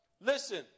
Listen